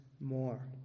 more